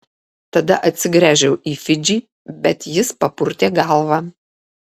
tada atsigręžiau į fidžį bet jis papurtė galvą